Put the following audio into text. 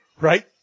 right